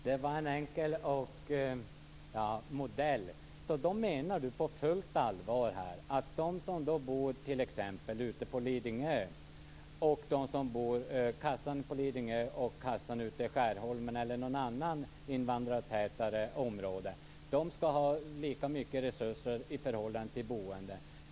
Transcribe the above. Herr talman! Det var en enkel modell, Kenneth Lantz. Menar du på fullt allvar att försäkringskassan på Lidingö och försäkringskassan ute i Skärholmen eller i något annat invandrartätt område skall ha lika mycket resurser i förhållande till de boende?